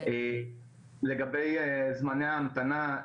לגבי זמני ההמתנה,